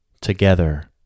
together